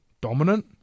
dominant